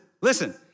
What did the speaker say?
listen